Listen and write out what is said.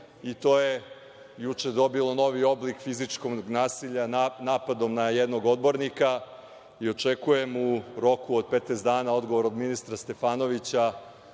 i to je juče dobilo novi oblik fizičkog nasilja napadom na jednog odbornika. Očekujem u roku od 15 dana odgovor od ministra Stefanovića